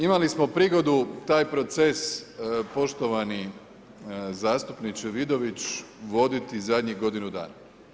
Imali smo prigodu taj proces poštovani zastupniče Vidović voditi zadnjih godinu dana.